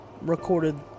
recorded